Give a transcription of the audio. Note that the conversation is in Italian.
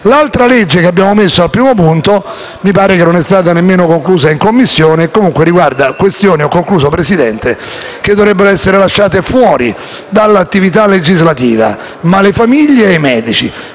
L'altro provvedimento che abbiamo messo al primo punto, mi pare che non sia stato nemmeno concluso in Commissione e comunque riguarda questioni - e ho concluso, signor Presidente - che dovrebbero essere lasciate fuori dall'attività legislativa e riservate alle famiglie e ai medici.